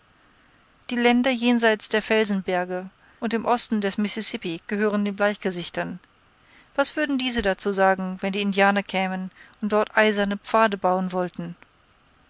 die länder jenseits der felsenberge und im osten des mississippi gehören den bleichgesichtern was würden diese dazu sagen wenn die indianer kämen und dort eiserne pfade bauen wollten